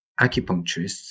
acupuncturists